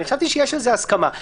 אני חשבתי שיש על זה הסכמה.